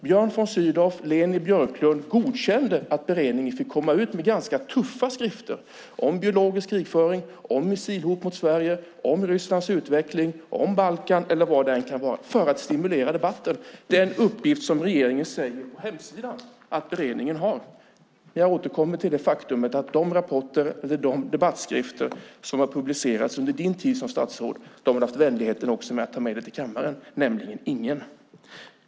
Björn von Sydow och Leni Björklund godkände att beredningen fick komma ut med ganska tuffa skrifter om biologisk krigföring, om missilhot mot Sverige, om Rysslands utveckling, om Balkan eller vad det än kunde vara för att stimulera debatten. Det är den uppgift som regeringen säger på hemsidan att beredningen har. Jag återkommer till det faktum att de debattskrifter som har publicerats under din tid som statsråd - de som du har haft vänligheten att ta med dig till kammaren - är ingen.